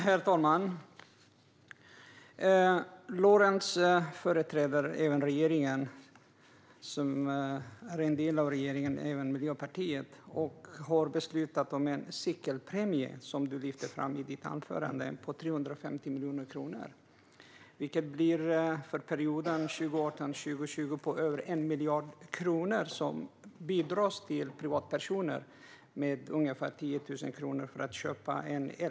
Herr talman! Lorentz företräder även regeringen, då Miljöpartiet är en del av regeringen, och har beslutat om en cykelpremie som lyfts fram här i anförandet. Den är på 350 miljoner kronor, vilket för perioden 2018-2020 blir över 1 miljard kronor som bidrag till privatpersoner med ungefär 10 000 kronor för att köpa en elcykel.